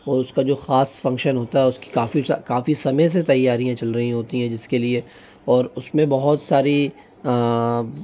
और उसका जो खास फंक्शन होता है उसकी काफ़ी काफ़ी समय से तैयारियाँ चल रही होती हैं जिसके लिए और उसमें बहुत सारी